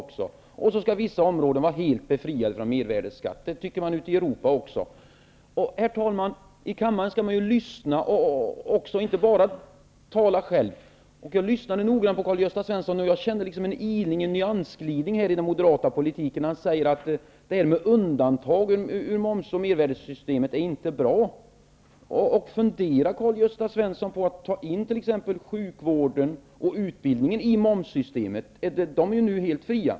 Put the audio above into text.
Vissa områden skall emellertid vara helt befriade från mervärdesskatt. Det anser man även ute i Europa. Herr talman! I kammaren skall man ju lyssna och inte bara tala själv. Jag lyssnade noga på Karl Gösta Svenson, och jag kände en nyansgliding när det gäller den moderata politiken när han sade att undantag i mervärdesskattesystemet inte är bra. sjukvården och utbildningen i momssystemet? De är nu helt fria.